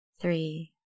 three